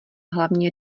hlavně